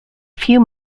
few